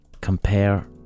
compare